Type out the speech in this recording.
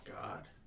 God